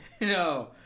No